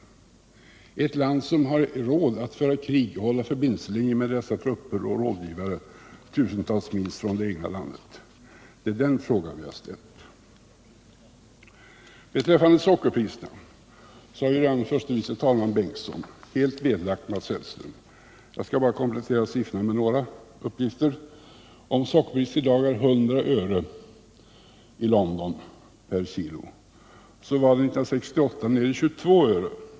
Skall Sverige ge bidrag till ett land som har råd att föra krig och hålla förbindelselinjer med trupper och rådgivare tusentals mil från det egna landet? Det är den frågan jag har ställt. Beträffande sockerpriserna har redan förste vice talmannen Bengtson helt vederlagt Mats Hellströms uttalande. Jag skall bara komplettera siffrorna med några uppgifter. Om sockerpriset i dag är 100 öre per kg i London, så var det 1968 nere i 22 öre.